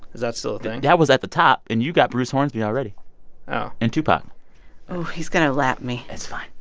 is that still a thing? that was at the top, and you got bruce hornsby already oh and tupac oh, he's going to lap me it's fine.